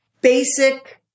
basic